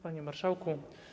Panie Marszałku!